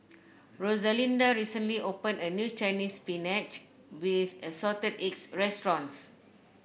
Rosalinda recently opened a new Chinese Spinach with Assorted Eggs restaurant